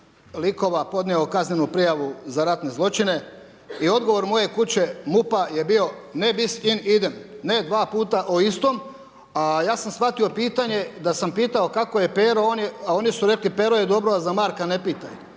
likova podnio kaznenu prijavu za ratne zločine i odgovor moje kuće, MUP-a, je bio Ne bis in idem>, ne dva puta o istom, a ja sam shvatio pitanje, da sam pitao kako je Pero, a oni su rekli Pero je dobro, a za Marka ne pitaj.